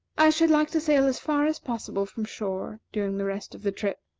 i should like to sail as far as possible from shore during the rest of the trip,